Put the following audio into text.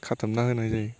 खाथुमना होनाय जायो